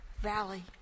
valley